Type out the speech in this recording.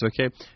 okay